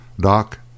Doc